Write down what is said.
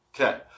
Okay